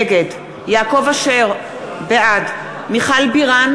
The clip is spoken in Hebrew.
נגד יעקב אשר, בעד מיכל בירן,